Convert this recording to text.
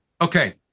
okay